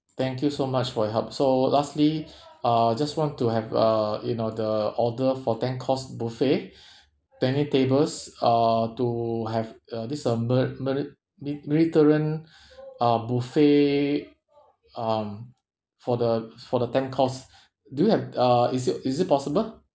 thank you so much for your help so lastly uh just want to have uh you know the order for ten course buffet twenty tables uh to have a this uh mer~ meri~ mediterranean uh buffet um for the for the ten course do you have uh is it is it possible